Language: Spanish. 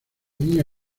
niña